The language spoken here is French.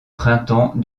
printemps